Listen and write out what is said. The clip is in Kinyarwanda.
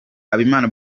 habimana